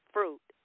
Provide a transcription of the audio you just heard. Fruit